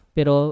Pero